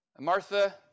Martha